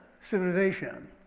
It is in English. civilization